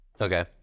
Okay